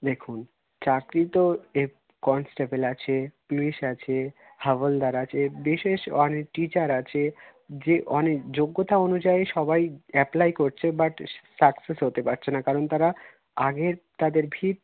দেখুন চাকরি তো কনস্টেবেল আছে পুলিশ আছে হাবলদার আছে বিশেষ অনেক টিচার আছে যে অনেক যোগ্যতা অনুযায়ী সবাই অ্যাপ্লাই করছে বাট সাকসেস হতে পারছে না কারণ তারা আগে তাদের ভিত